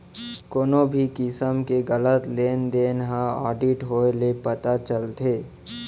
कोनो भी किसम के गलत लेन देन ह आडिट होए ले पता चलथे